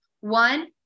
One